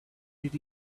did